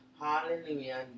hallelujah